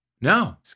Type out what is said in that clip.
no